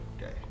Okay